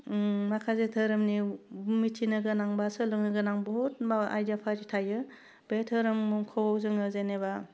माखासे धोरोमनि मिथिनो गोनां बा सोलोंनो गोनां बहुत माबा आयदा फारि थायो बे धोरोमखौ जोङो जेनेबा